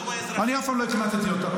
אני אף פעם לא הקנטתי אותך,